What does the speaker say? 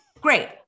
Great